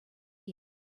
air